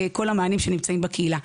לכל המענים שנמצאים בקהילה.